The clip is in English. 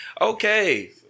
Okay